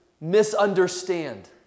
misunderstand